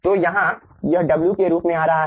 तो यहाँ यह w के रूप में आ रहा है